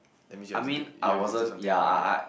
that means you have to do you have to do something about it lah